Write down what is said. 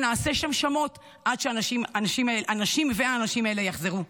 ונעשה שם שמות עד שהנשים והאנשים האלה יחזרו.